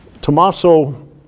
Tommaso